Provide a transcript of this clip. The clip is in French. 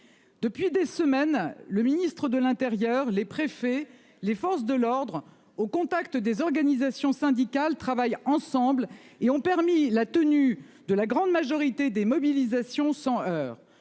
Depuis des semaines. Le ministre de l'Intérieur, les préfets, les forces de l'ordre au contact des organisations syndicales travaillent ensemble et ont permis la tenue de la grande majorité des mobilisations sans heurts.